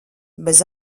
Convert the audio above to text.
bez